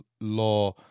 law